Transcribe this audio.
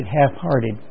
half-hearted